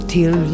Till